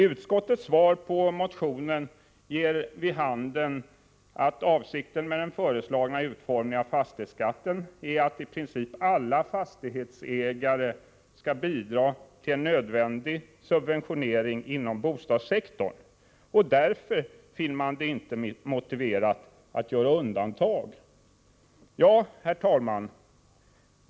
Utskottets svar på motionen ger vid handen att avsikten med den föreslagna utformningen av fastighetsskatten är att i princip alla fastighetsägare skall bidra till en nödvändig subventionering inom bostadssektorn, och därför finner man det inte motiverat att göra undantag. Herr talman!